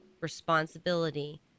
responsibility